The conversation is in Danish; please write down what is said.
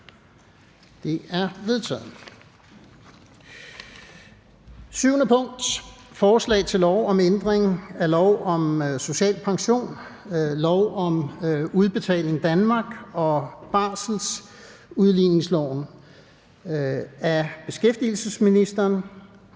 nr. L 16: Forslag til lov om ændring af lov om social pension, lov om Udbetaling Danmark og barselsudligningsloven. (Forhøjelse af den